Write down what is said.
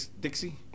Dixie